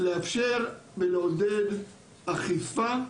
לאפשר ולעודד אכיפה.